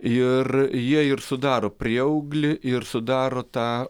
ir jie ir sudaro prieauglį ir sudaro tą